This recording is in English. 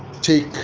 take